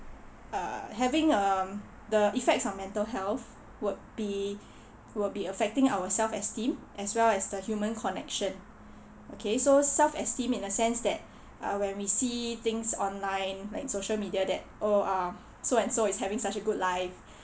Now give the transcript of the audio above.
err having um the effects of mental health would be would be affecting our self esteem as well as the human connection okay so self esteem in a sense that uh when we see things online like social media that oh uh so and so is having such a good life